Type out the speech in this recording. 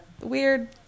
weird